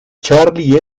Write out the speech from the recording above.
charlie